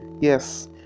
Yes